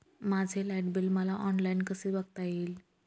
माझे light bill मला online कसे बघता येईल?